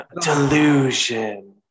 Delusion